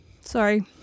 Sorry